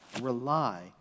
rely